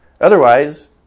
Otherwise